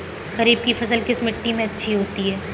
खरीफ की फसल किस मिट्टी में अच्छी होती है?